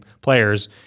players